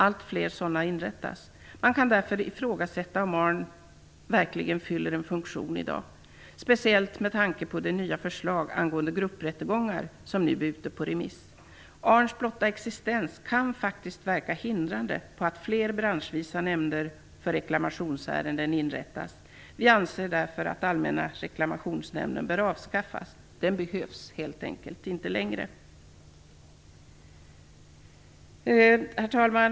Allt fler sådana inrättas. Man kan därför ifrågasätta om Allmänna reklamationsnämnden verkligen fyller en funktion i dag, speciellt med tanke på de nya förslag angående grupprättegångar som nu är ute på remiss. Allmänna reklamationsnämndens blotta existens kan faktiskt verka hindrande för att fler branschvisa nämnder för reklamationsärenden inrättas. Vi anser därför att Allmänna reklamationsnämnden bör avskaffas. Den behövs helt enkelt inte längre. Herr talman!